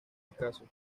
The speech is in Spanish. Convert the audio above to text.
escasos